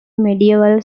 medieval